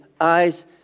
eyes